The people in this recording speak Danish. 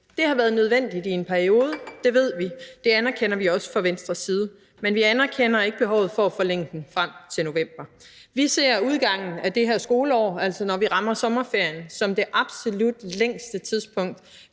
Det har været nødvendigt i en periode. Det ved vi; det anerkender vi også fra Venstres side. Men vi anerkender ikke behovet for at forlænge den frem til november. Vi ser udgangen af det her skoleår, altså når vi rammer sommerferien, som det absolut længste tidspunkt,